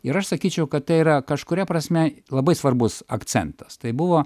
ir aš sakyčiau kad tai yra kažkuria prasme e labai svarbus akcentas tai buvo